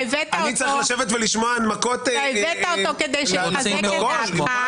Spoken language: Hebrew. אני צריך לשבת ולשמוע הנמקות --- הבאת אותו כדי שיחזק את דעתך.